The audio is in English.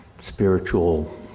spiritual